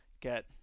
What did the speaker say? get